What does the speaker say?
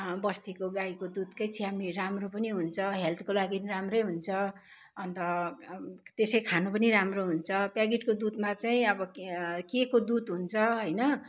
बस्तीको गाईको दुधकै चिया राम्रो पनि हुन्छ हेल्थको लागि पनि राम्रै हुन्छ अन्त त्यसै खानु पनि राम्रो हुन्छ प्याकेटको दुधमा चाहिँ अब के को दुध हुन्छ होइन